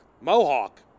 Mohawk